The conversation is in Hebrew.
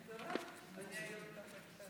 סומכת עלייך.